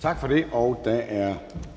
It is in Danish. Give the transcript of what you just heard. Tak for det. Der er